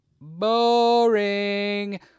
boring